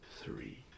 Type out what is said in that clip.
three